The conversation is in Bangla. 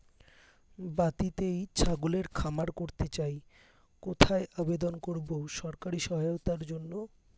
বাতিতেই ছাগলের খামার করতে চাই কোথায় আবেদন করব সরকারি সহায়তার জন্য?